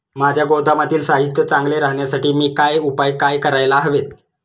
माझ्या गोदामातील साहित्य चांगले राहण्यासाठी मी काय उपाय काय करायला हवेत?